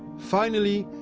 finally,